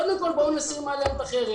קודם כל נסיר מעליהם את החרב.